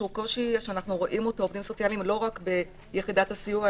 שהוא קושי שאנחנו רואים אותו לא רק ביחידת הסיוע,